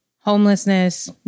homelessness